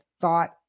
thought